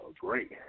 great